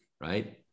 right